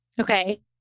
okay